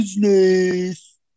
business